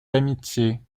d’amitié